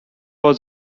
was